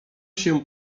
się